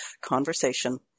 conversation